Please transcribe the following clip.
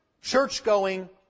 church-going